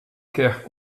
quer